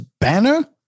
banner